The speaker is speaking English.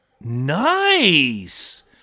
Nice